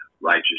Righteous